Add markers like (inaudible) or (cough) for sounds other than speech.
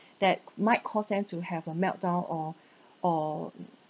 that might cause them to have a meltdown or (breath) or mm